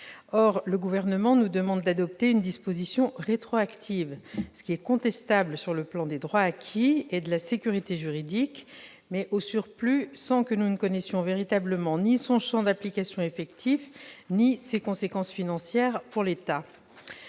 Le Gouvernement nous demande d'adopter une disposition rétroactive, ce qui est contestable sur le plan des droits acquis et de la sécurité juridique, au surplus sans que nous en connaissions véritablement le champ d'application effectif ni les conséquences financières pour l'État.